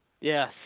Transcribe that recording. Yes